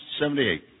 78